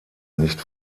nicht